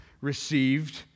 received